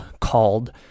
called